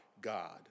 God